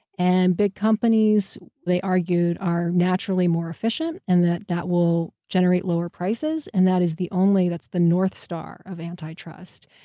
and big companies they argued are naturally more efficient, and that that will generate lower prices. and that is the only. that's the north star of anti-trust.